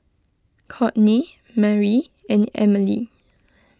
Cortney Mari and Emilie